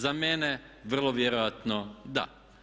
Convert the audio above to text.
Za mene vrlo vjerojatno da.